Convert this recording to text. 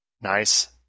Nice